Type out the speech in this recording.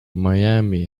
miami